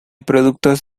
productos